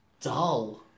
Dull